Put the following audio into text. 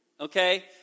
okay